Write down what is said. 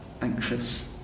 anxious